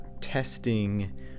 testing